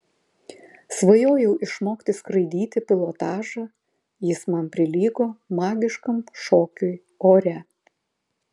svajojau išmokti skraidyti pilotažą jis man prilygo magiškam šokiui ore